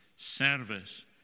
Service